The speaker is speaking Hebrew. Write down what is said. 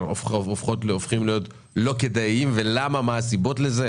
הופכים להיות לא כדאיים ומה הסיבות לכך.